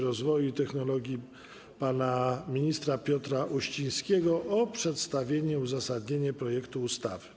Rozwoju i Technologii pana ministra Piotra Uścińskiego o przedstawienie uzasadnienia projektu ustawy.